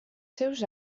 seus